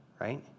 right